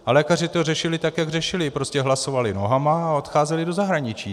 A lékaři to řešili tak, jak řešili, prostě hlasovali nohama a odcházeli do zahraničí.